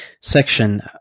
section